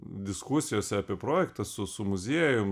diskusijose apie projektą su su muziejum